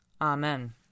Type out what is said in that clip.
Amen